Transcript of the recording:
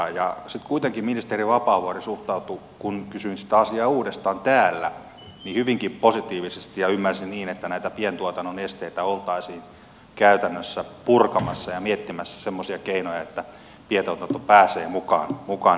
sitten kuitenkin ministeri vapaavuori suhtautui kun kysyin sitä asiaa uudestaan täällä hyvinkin positiivisesti ja ymmärsin niin että näitä pientuotannon esteitä oltaisiin käytännössä purkamassa ja miettimässä semmoisia keinoja että pientuotanto pääsee mukaan näihin järjestelyihin